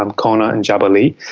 um konna and diabaly.